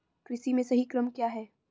कृषि में सही क्रम क्या है?